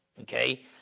okay